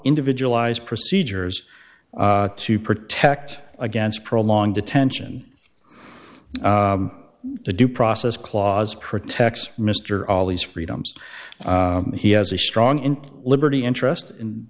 individualized procedures to protect against prolonged detention the due process clause protects mr all these freedoms he has a strong in liberty interest in